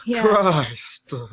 Christ